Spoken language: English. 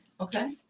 Okay